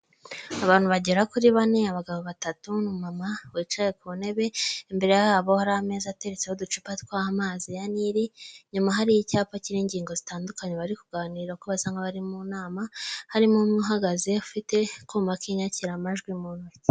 Abantu bagera kuri bane, abagabo batatu n'umumama wicaye ku ntebe, imbere yabo hari ameza ateretseho uducupa tw'amazi ya nili, inyuma hariho icyapa kiriho ingingo zitandukanye bari kuganira kuko basa nk'abari mu nama, harimo umwe uhagaze ufite akuma k'inyakiramajwi mu ntoki.